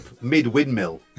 mid-windmill